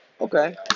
Okay